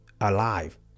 alive